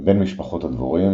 מבין משפחות הדבורים,